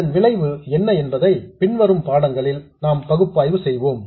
அதன் விளைவு என்ன என்பதை பின் வரும் பாடங்களில் நாம் பகுப்பாய்வு செய்வோம்